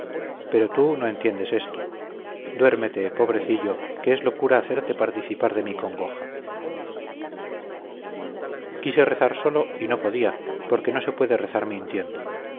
pero tú no entiendes esto duérmete pobrecillo que es locura hacerte participar de mi congoja quise rezar solo y no podía porque no se puede rezar mintiendo